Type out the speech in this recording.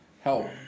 Help